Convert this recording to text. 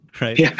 right